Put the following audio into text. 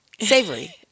savory